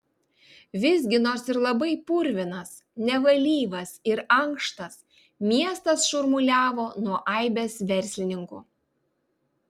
visgi nors ir labai purvinas nevalyvas ir ankštas miestas šurmuliavo nuo aibės verslininkų